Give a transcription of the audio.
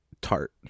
Tart